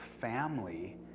family